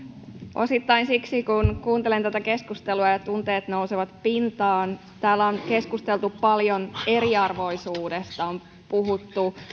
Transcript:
osittain siksi kun kuuntelen tätä keskustelua ja ja tunteet nousevat pintaan täällä on keskusteltu paljon eriarvoisuudesta on puhuttu